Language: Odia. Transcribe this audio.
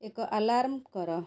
ଏକ ଆଲାର୍ମ କର